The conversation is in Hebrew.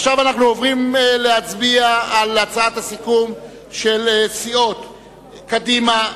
עכשיו אנחנו עוברים להצביע על הצעת הסיכום של סיעות קדימה,